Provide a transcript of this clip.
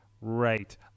right